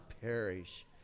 perish